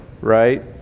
right